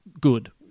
good